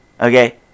okay